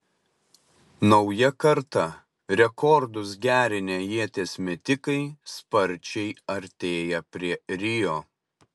nauja karta rekordus gerinę ieties metikai sparčiai artėja prie rio